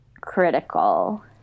critical